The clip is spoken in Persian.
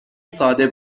ساده